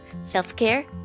self-care